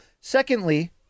Secondly